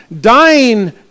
dying